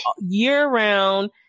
year-round